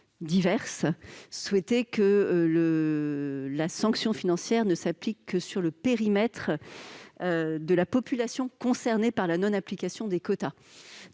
diverses, souhaitaient que la sanction financière ne s'applique que sur le périmètre de la population concernée par la non-application des quotas.